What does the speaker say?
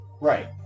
right